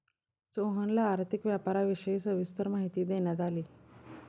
सोहनला आर्थिक व्यापाराविषयी सविस्तर माहिती देण्यात आली